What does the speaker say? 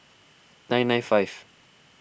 nine nine five